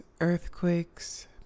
earthquakes